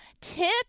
tip